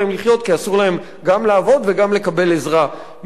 כי אסור להם גם לעבוד וגם לקבל עזרה מכולם.